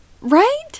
Right